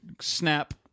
snap